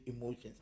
emotions